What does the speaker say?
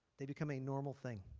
they become a normal thing.